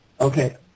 Okay